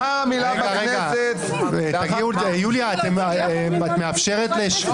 יוליה, את מאפשרת לשרן?